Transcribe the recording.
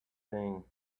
thing